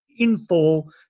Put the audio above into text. Infall